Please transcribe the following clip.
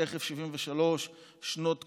תכף 73 שנות תקומה,